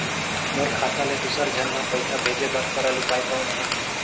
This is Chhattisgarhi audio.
मोर खाता ले दुसर झन ल पईसा भेजे बर सरल उपाय कौन हे?